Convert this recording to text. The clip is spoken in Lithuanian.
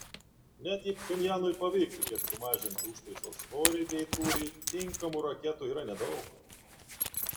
net jei pchenjanui pavyktų kiek sumažinti užtaiso svorį bei tūrį tinkamų raketų yra nedaug